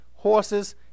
horses